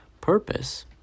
purpose